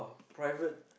private